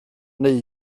neu